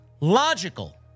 logical